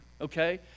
okay